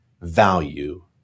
value